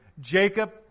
Jacob